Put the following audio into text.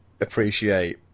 appreciate